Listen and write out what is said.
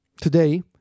today